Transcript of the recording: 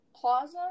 plaza